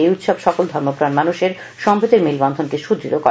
এই উৎসব সকল ধর্মপ্রাণ মানুষের সম্প্রীতির মেলবন্ধনকে সুদৃঢ করে